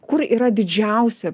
kur yra didžiausia